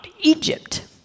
Egypt